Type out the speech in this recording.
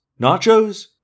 nachos